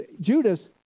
Judas